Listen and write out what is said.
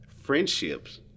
friendships